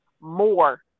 more